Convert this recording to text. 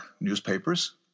newspapers